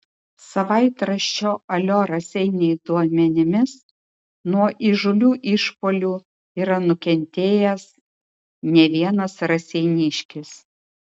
savaitraščio alio raseiniai duomenimis nuo įžūlių išpuolių yra nukentėjęs ne vienas raseiniškis